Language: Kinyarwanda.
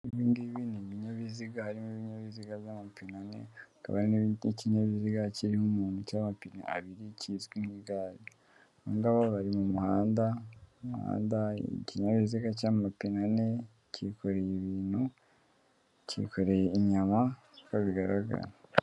Ibi ngibi ni ibinyabiziga harimo ibinyabiziga by'amapine ane hakaba harimo ikinyabiziga kiriho umuntu cy'amapine abiri kizwe nk'igare, aba ngaba bari mu muhanda ikinyabiziga cy'amapine ane kikoreye ibintu kikoreye inyama uko bigaragara.